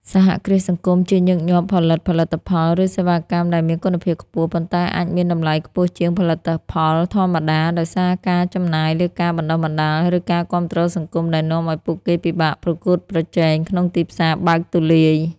សហគ្រាសសង្គមជាញឹកញាប់ផលិតផលិតផល ឬសេវាកម្មដែលមានគុណភាពខ្ពស់ ប៉ុន្តែអាចមានតម្លៃខ្ពស់ជាងផលិតផលធម្មតាដោយសារការចំណាយលើការបណ្តុះបណ្តាល ឬការគាំទ្រសង្គមដែលនាំឲ្យពួកគេពិបាកប្រកួតប្រជែង ក្នុងទីផ្សារបើកទូលាយ។